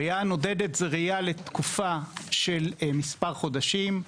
רעייה נודדת זו רעייה לתקופה של מספר חודשים.